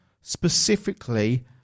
specifically